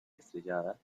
estrellada